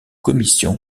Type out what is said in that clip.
commission